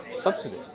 subsidy